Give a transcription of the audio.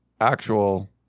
actual